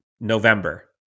November